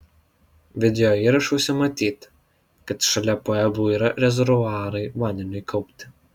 videoįrašuose matyti kad šalia pueblų yra rezervuarai vandeniui kaupti